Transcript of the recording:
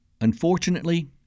Unfortunately